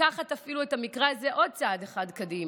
לקחת את המקרה הזה אפילו עוד צעד אחד קדימה,